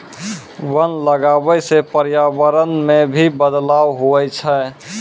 वन लगबै से पर्यावरण मे भी बदलाव हुवै छै